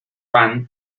pan